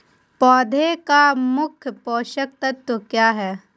पौधे का मुख्य पोषक तत्व क्या हैं?